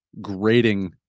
grading